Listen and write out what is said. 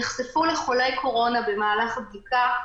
נחשפו לחולה קורונה במהלך הבדיקה,